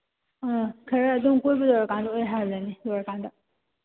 ꯑꯥ ꯈꯔ ꯑꯗꯨꯝ ꯀꯣꯏꯕ ꯂꯣꯏꯔꯀꯥꯟꯗ ꯑꯣꯏ ꯍꯜꯂꯅꯤ ꯂꯣꯏꯔꯀꯥꯟꯗ